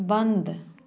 बंद